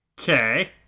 Okay